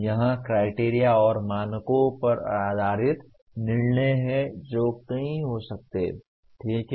यह क्राइटेरिया और मानकों पर आधारित निर्णय है जो कई हो सकते हैं ठीक है